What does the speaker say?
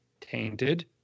tainted